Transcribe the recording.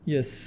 Yes